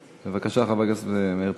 בבקשה, חבר הכנסת מאיר פרוש.